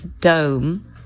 dome